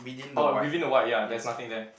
oh within the white ya there is nothing there